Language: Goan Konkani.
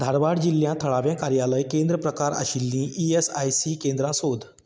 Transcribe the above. धारवाड जिल्ल्यांत थळावें कार्यालय केंद्र प्रकार आशिल्लीं ईएसआयसी केंद्रां सोद